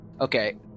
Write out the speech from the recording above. okay